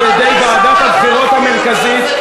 היא נפסלה על-ידי ועדת הבחירות המרכזית.